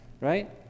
Right